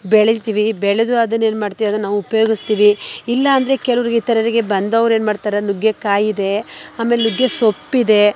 ಬೆಳಿತೀವಿ ಬೆಳೆದು ಅದನ್ನ ಏನು ಮಾಡ್ತೀವಿ ಅಂದರೆ ನಾವು ಉಪಯೋಗಿಸ್ತೀವಿ ಇಲ್ಲ ಅಂದ್ರೆ ಕೆಲವರಿಗೆ ಇತರರಿಗೆ ಬಂದವ್ರು ಏನು ಮಾಡ್ತಾರೆ ಆ ನುಗ್ಗೆಕಾಯಿ ಇದೆ ಆಮೇಲೆ ನುಗ್ಗೆ ಸೊಪ್ಪಿದೆ